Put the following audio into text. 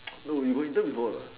no you got intern before or not